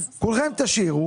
כולכם תשאירו